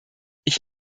ich